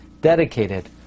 dedicated